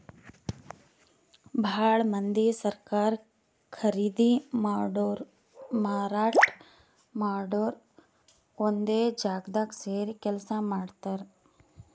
ಭಾಳ್ ಮಂದಿ ಸರಕ್ ಖರೀದಿ ಮಾಡೋರು ಮಾರಾಟ್ ಮಾಡೋರು ಒಂದೇ ಜಾಗ್ದಾಗ್ ಸೇರಿ ಕೆಲ್ಸ ಮಾಡ್ತಾರ್